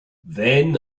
then